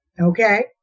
Okay